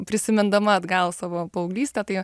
prisimindama atgal savo paauglystę tai